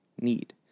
need